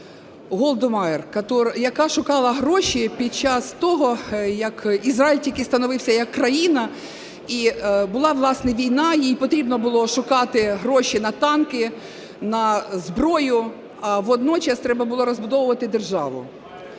Голду Маєр. Яка шукала гроші під час того, як Ізраїль тільки становився як країна, і була, власне, війна, їй потрібно було шукати гроші на танки, на зброю, водночас треба було розбудовувати державу.